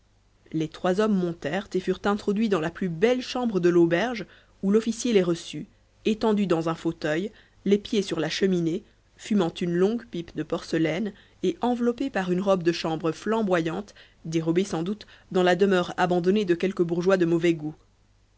les trois hommes montèrent et furent introduits dans la plus belle chambre de l'auberge où l'officier les reçut étendu dans un fauteuil les pieds sur la cheminée fumant une longue pipe de porcelaine et enveloppé par une robe de chambre flamboyante dérobée sans doute dans la demeure abandonnée de quelques bourgeois de mauvais goût